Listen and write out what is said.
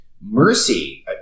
Mercy